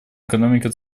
экономика